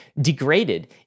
degraded